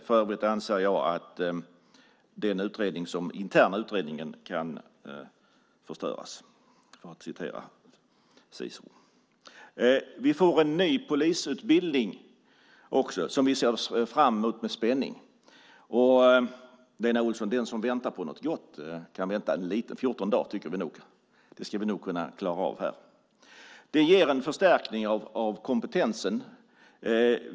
För övrigt anser jag att den interna utredningen bör förstöras, för att tala med Cato. Vi får en ny polisutbildning också som vi ser fram emot med spänning. Den som väntar på något gott tycker vi nog kan vänta fjorton dagar. Det ska vi nog kunna klara av. Utbildningen ger en förstärkning av kompetensen.